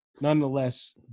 nonetheless